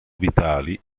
vitali